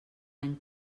any